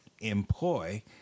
employ